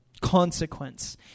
consequence